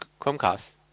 Chromecast